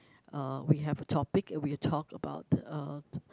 uh we have a topic and we talk about uh